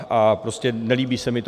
A prostě nelíbí se mi to.